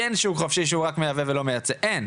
אין שוק חופשי שהוא רק מייבא ולא מייצא, אין!